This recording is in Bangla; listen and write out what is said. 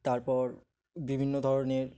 তারপর বিভিন্ন ধরনের